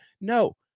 no